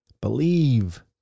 Believe